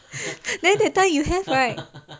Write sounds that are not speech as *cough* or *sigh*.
*laughs* then that time you have right